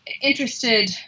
interested